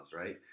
right